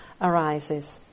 arises